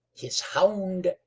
his hound,